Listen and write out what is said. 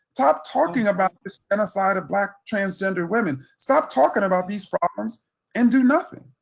stop talking about this genocide of black transgender women, stop talking about these problems and do nothing,